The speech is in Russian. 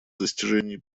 достижении